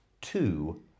two